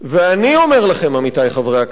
אתה יכול לתאר לעצמך